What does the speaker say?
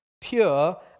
pure